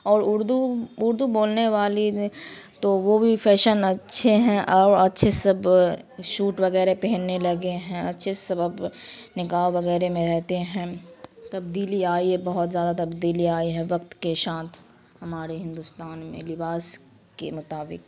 اور اردو اردو بولنے والی تو وہ بھی فیشن اچھے ہیں اور اچھے سب شوٹ وغیرہ پہننے لگے ہیں اچھے سے سب اب نقاب وغیرہ میں رہتے ہیں تبدیلی آئی ہے بہت زیادہ تبدیلی آئی ہے وقت کے ساتھ ہمارے ہندوستان میں لباس کے مطابق